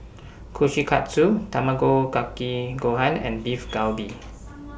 Kushikatsu Tamago Kake Gohan and Beef Galbi